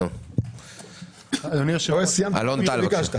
אלון טל.